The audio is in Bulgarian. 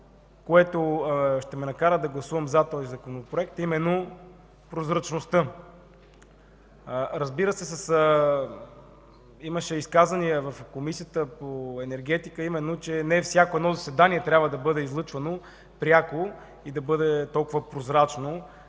което ще ме накара да гласувам „за” този Законопроект, е именно прозрачността. Имаше изказвания в Комисията по енергетика, че не всяко едно заседание трябва да бъде излъчвано пряко и да бъде толкова прозрачно,